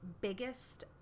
biggest